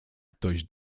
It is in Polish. ktoś